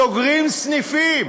סוגרים סניפים,